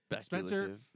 Spencer